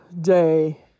day